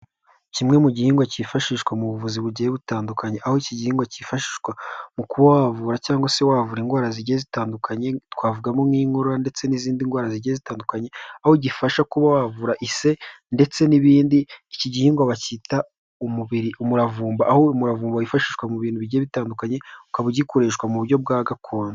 Kimwe mu gihingwa cyifashishwa mu buvuzi bugiye butandukanye, aho iki gihingwa cyifashwa mu kuba wavura cyangwa se wavura indwara zigiye zitandukanye, twavugamo nk'inkorora, ndetse n'izindi ndwara zigiye zitandukanye, aho gifasha kuba wavura ise, ndetse n'ibindi, ikihingwa bakita umubiri umuravumba, aho umuravumba wifashishwa mu bintu bigiye bitandukanye, ukaba ugikoreshwa mu buryo bwa gakondo.